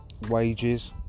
wages